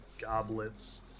goblets